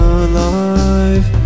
alive